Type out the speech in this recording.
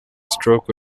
stroke